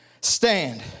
stand